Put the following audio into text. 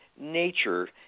Nature